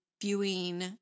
viewing